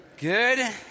Good